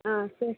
ஆ சே